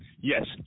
Yes